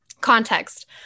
context